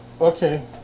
Okay